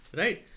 right